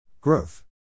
Growth